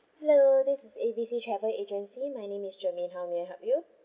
hello this is A B C travel agency my name is germaine how may I help you